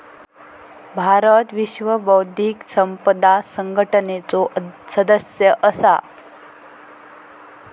भारत विश्व बौध्दिक संपदा संघटनेचो सदस्य असा